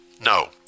No